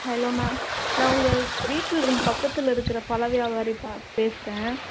hello ma'am நான் உங்கள் வீட்டில் இருந்து பக்கத்தில் இருக்கிற பழ வியாபாரி தான் பேசுகிறேன்